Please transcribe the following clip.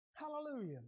hallelujah